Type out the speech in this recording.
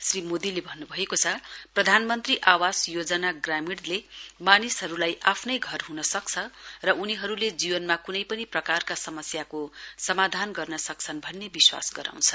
श्री मोदीले भन्नुभएको छ प्रधानमन्त्री आवास योजना ग्रामीणले मानिसहरूलाई आफ्नै घर ह्न सक्छ र उनीहरूले जीवनमा क्नै पनि प्रकारका समस्याको समाधान गर्न् सकछ्न भन्ने विश्वास गराउँछ